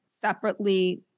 separately